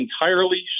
entirely